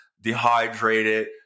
Dehydrated